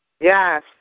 Yes